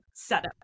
Setup